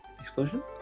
explosion